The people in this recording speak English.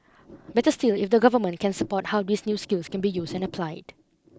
better still if the government can support how these new skills can be used and applied